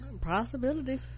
possibility